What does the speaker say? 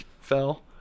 fell